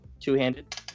Two-handed